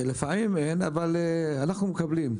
לפעמים אין, אבל אנחנו מקבלים.